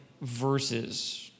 verses